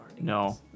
No